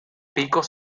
picos